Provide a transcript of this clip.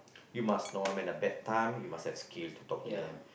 you must know when the bedtime you must have skill to talk to them